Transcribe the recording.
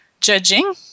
judging